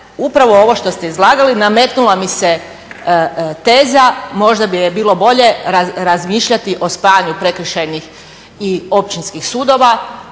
upravo ovo što ste izlagali, nametnula mi se teza, možda bi je bilo dolje razmišljati o spajanju prekršajnih i općinskih sudova